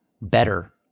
better